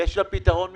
אבל יש לה פתרון משפטי.